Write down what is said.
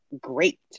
great